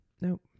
Nope